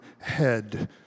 head